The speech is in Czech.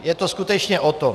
Je to skutečně o tom.